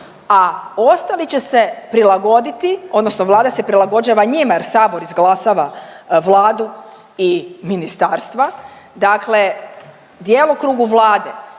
a ostali će se prilagoditi odnosno Vlada se prilagođava njima jer sabor izglasava Vladu i ministarstva, dakle djelokrugu Vlade,